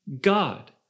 God